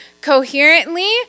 coherently